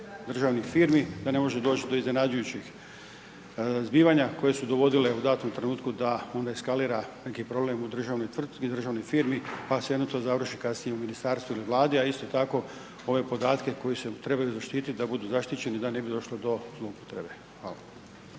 državnih firmi da ne može doći do iznenađujućih zbivanja koje su dovodile u danom trenutku da onda eskalira neki problem u državnoj tvrtki i državnoj firmi pa svejedno to završi kasnije u Ministarstvu ili Vladi a isto tako ove podatke koji se trebaju zaštiti da budu zaštićeni da ne bi došlo do zloupotrebe. Hvala.